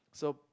so